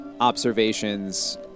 Observations